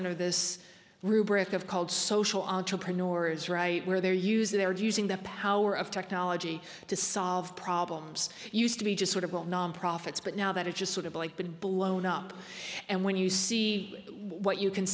of called social entrepreneurs right where they're using they're using the power of technology to solve problems used to be just sort of all non profits but now that it just sort of like been blown up and when you see what you can